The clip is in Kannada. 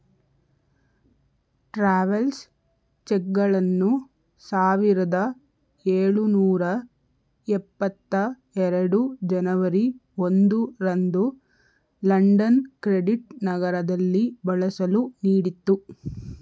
ಟ್ರಾವೆಲ್ಸ್ ಚೆಕ್ಗಳನ್ನು ಸಾವಿರದ ಎಳುನೂರ ಎಪ್ಪತ್ತ ಎರಡು ಜನವರಿ ಒಂದು ರಂದು ಲಂಡನ್ ಕ್ರೆಡಿಟ್ ನಗರದಲ್ಲಿ ಬಳಸಲು ನೀಡಿತ್ತು